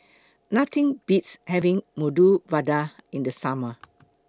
Nothing Beats having Medu Vada in The Summer